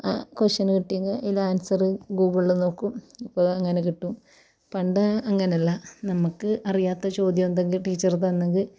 ആ ക്വസ്റ്റ്യൻ കിട്ടിയെങ്കിൽ അതിൽ ആൻസർ ഗൂഗിളിൽ നോക്കും ഇപ്പോൾ അങ്ങനെ കിട്ടും പണ്ട് അങ്ങനല്ല നമുക്ക് അറിയാത്ത ചോദ്യം എന്തെങ്കിലും ടീച്ചറ് തന്നെങ്കിൽ